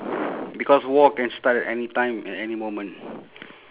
because war can start at any time at any moment